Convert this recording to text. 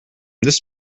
this